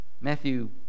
Matthew